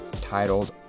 titled